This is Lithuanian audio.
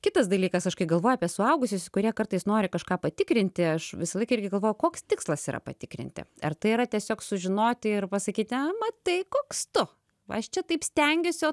kitas dalykas aš kai galvoju apie suaugusius kurie kartais nori kažką patikrinti aš visąlaik irgi galvojau koks tikslas yra patikrinti ar tai yra tiesiog sužinoti ir pasakyti a matai koks tu va aš čia taip stengiuosi o